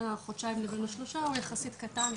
החודשיים לבין השלושה הוא יחסית קטן,